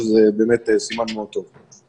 שזה באמת סימן מאוד טוב.